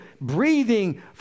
breathing